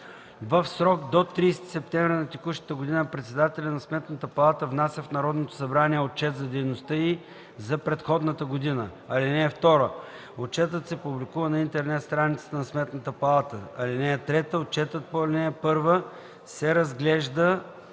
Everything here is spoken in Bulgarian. В срок до 30 септември на текущата година председателят на Сметната палата внася в Народното събрание отчет за дейността й за предходната година. (2) Отчетът се публикува на интернет страницата на Сметната палата. (3) Отчетът по ал. 1 се разглежда